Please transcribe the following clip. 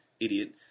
idiot